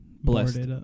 Blessed